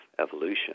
evolution